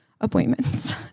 appointments